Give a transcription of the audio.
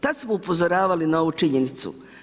Tada smo upozoravali na ovu činjenicu.